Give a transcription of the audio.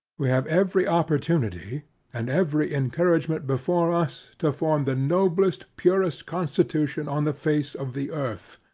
we have every opportunity and every encouragement before us, to form the noblest purest constitution on the face of the earth.